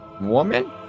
woman